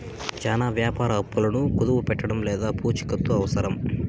చానా వ్యాపార అప్పులను కుదవపెట్టడం లేదా పూచికత్తు అవసరం